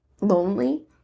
lonely